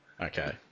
Okay